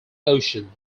ocean